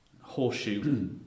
horseshoe